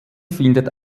findet